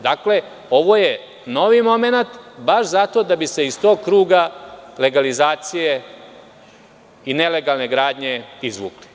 Dakle, ovo je novi momenat baš zato da bi se iz tog kruga legalizacije i nelegalne gradnje izvukli.